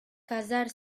casar